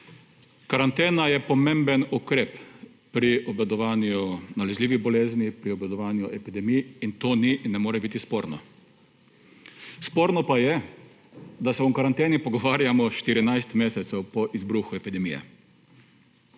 Karantena je pomemben ukrep pri obvladovanju nalezljivih bolezni, pri obvladovanju epidemij in to ne more biti sporno. Sporno pa je, da se o karanteni pogovarjamo 14 mesecev po izbruhu epidemije.